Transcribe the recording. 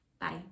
Bye